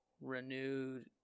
Renewed